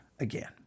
Again